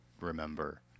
remember